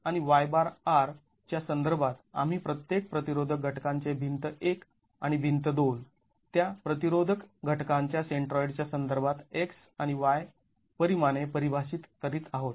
मग आणि च्या संदर्भात आम्ही प्रत्येक प्रतिरोधक घटकांचे भिंत १ आणि भिंत २ त्या प्रतिरोधक घटकांच्या सेंट्रॉईडच्या संदर्भात x आणि y परिमाणे परिभाषित करीत आहोत